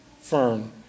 firm